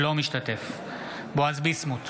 אינו משתתף בהצבעה בועז ביסמוט,